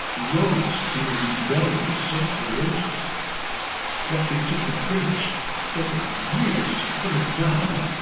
rose in a rebellion so ferocious that it took the british several years to put it down,